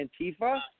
Antifa